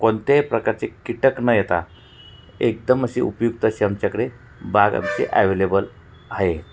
कोणत्याही प्रकारचे कीटक न येता एकदम अशी उपयुक्त अशी आमच्याकडे बाग आमचे ॲवेलेबल आहे